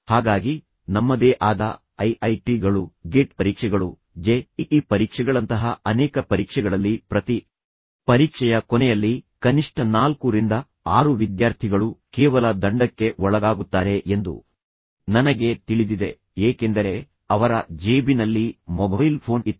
ಹಾಗಾಗಿ ನಮ್ಮದೇ ಆದ ಐ ಐ ಟಿ ಗಳು ಗೇಟ್ ಪರೀಕ್ಷೆಗಳು ಜೆ ಇ ಇ ಪರೀಕ್ಷೆಗಳಂತಹ ಅನೇಕ ಪರೀಕ್ಷೆಗಳಲ್ಲಿ ಪ್ರತಿ ಪರೀಕ್ಷೆಯ ಕೊನೆಯಲ್ಲಿ ಕನಿಷ್ಠ 4 ರಿಂದ 6 ವಿದ್ಯಾರ್ಥಿಗಳು ಕೇವಲ ದಂಡಕ್ಕೆ ಒಳಗಾಗುತ್ತಾರೆ ಎಂದು ನನಗೆ ತಿಳಿದಿದೆ ಏಕೆಂದರೆ ಅವರ ಜೇಬಿನಲ್ಲಿ ಮೊಬೈಲ್ ಫೋನ್ ಇತ್ತು